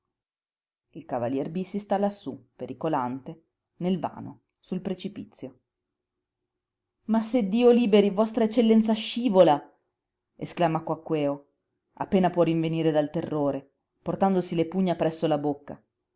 il cavalier bissi sta lassú pericolante nel vano sul precipizio ma se dio liberi vostra eccellenza scivola esclama quaquèo appena può rinvenire dal terrore portandosi le pugna presso la bocca